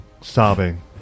sobbing